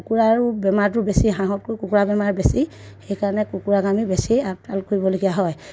কুকুৰাৰো বেমাৰটো বেছি হাঁহতকৈ কুকুৰা বেমাৰ বেছি সেইকাৰণে কুকুৰাক আমি বেছি আপদাল কৰিবলগীয়া হয়